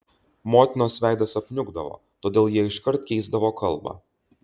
motinos veidas apniukdavo todėl jie iškart keisdavo kalbą